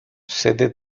sede